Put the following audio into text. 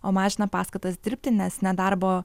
o mažina paskatas dirbti nes nedarbo